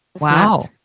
Wow